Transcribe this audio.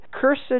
Cursed